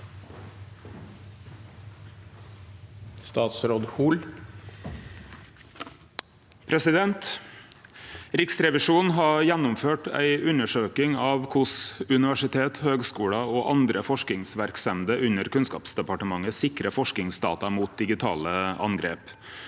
Riksrevisjonen har gjennomført ei undersøking av korleis universiteta, høgskular og andre forskingsverksemder under Kunnskapsdepartementet sikrar forskingsdata mot digitale angrep.